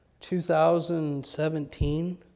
2017